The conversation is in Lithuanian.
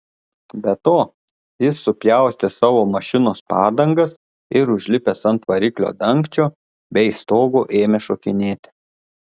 be to jis supjaustė savo mašinos padangas ir užlipęs ant variklio dangčio bei stogo ėmė šokinėti